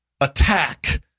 attack